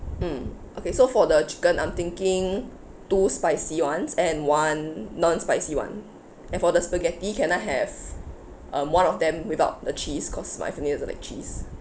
mm okay so for the chicken I'm thinking two spicy one and one non-spicy one and for the spaghetti can I have uh one of them without the cheese cause my family doesn't like cheese